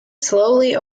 slowly